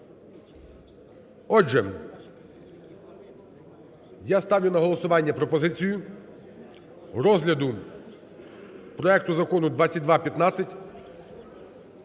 Отже, я ставлю на голосування пропозицію розгляду проекту Закону 2215